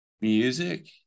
music